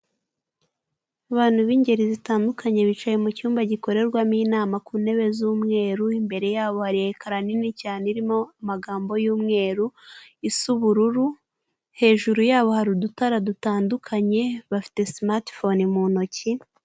Abantu b'ingeri zitandukanye bicaye mucyumba gikorerwamo inama ku ntebe z'umweru, imbere yabo hari ekara nini cyane irimo amagambo y'umweru isa ubururu, hejuru yabo hari udutara dutandukanye, bafite simatifone mu ntoki.